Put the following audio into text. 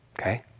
okay